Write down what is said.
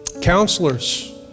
Counselors